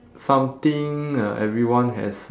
something uh everyone has